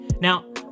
Now